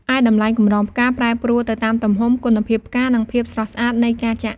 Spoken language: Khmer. ឯតម្លៃកម្រងផ្កាប្រែប្រួលទៅតាមទំហំ គុណភាពផ្កា និងភាព ស្រស់ស្អាតនៃការចាក់។